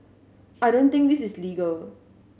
I don't think this is legal